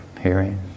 hearing